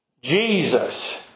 Jesus